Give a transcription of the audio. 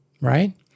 right